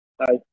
Hi